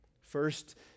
First